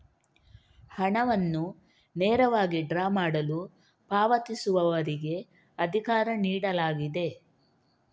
ಹಣವನ್ನು ನೇರವಾಗಿ ಡ್ರಾ ಮಾಡಲು ಪಾವತಿಸುವವರಿಗೆ ಅಧಿಕಾರ ನೀಡಲಾಗಿದೆ